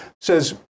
says